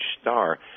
star